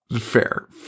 fair